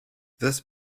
this